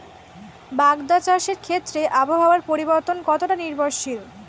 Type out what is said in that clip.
বাগদা চাষের ক্ষেত্রে আবহাওয়ার পরিবর্তন কতটা নির্ভরশীল?